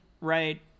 right